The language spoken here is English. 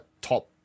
top